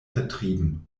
vertrieben